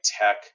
tech